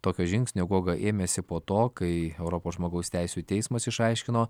tokio žingsnio guoga ėmėsi po to kai europos žmogaus teisių teismas išaiškino